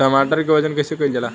टमाटर क वजन कईसे कईल जाला?